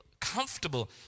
comfortable